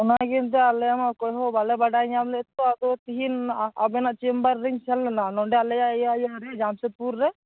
ᱚᱱᱟᱜᱮ ᱮᱱᱛᱮ ᱟᱞᱮᱢᱟ ᱚᱠᱚᱭ ᱦᱚᱸ ᱵᱟᱞᱮ ᱵᱟᱰᱟᱭ ᱧᱟᱢ ᱞᱮᱫᱼᱟ ᱛᱚ ᱟᱫᱚ ᱛᱤᱦᱤᱧ ᱟᱵᱮᱱᱟ ᱪᱮᱢᱵᱟᱨ ᱨᱤᱧ ᱥᱮᱱ ᱞᱮᱱᱟ ᱱᱚᱰᱮ ᱟᱞᱮᱭᱟ ᱤᱭᱟᱹ ᱤᱭᱟᱹ ᱨᱮ ᱡᱟᱢᱥᱮᱫᱯᱩᱨ ᱨᱮ